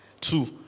Two